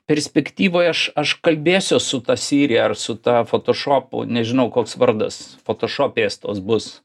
perspektyvoj aš aš kalbėsiuos su ta siri ar su ta fotošopu nežinau koks vardas fotošopės tos bus